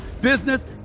business